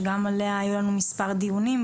שגם עליה היו לנו מספר דיונים.